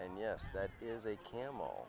and yes that is a camel